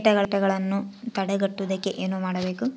ಕೇಟಗಳನ್ನು ತಡೆಗಟ್ಟುವುದಕ್ಕೆ ಏನು ಮಾಡಬೇಕು?